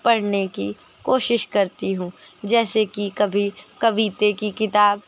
पढ़ने की कोशिश करती हूँ जैसे कि कभी कविता की किताब